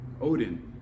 Odin